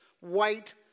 white